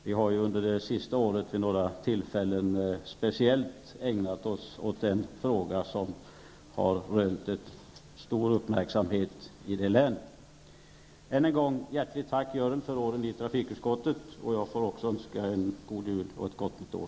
Vi har under det senaste året vid några tillfällen speciellt ägnat oss åt en fråga som har rönt stor uppmärksamhet i det länet. Än en gång, hjärtligt tack för åren i trafikutskottet! Jag får också önska en god jul och ett gott nytt år.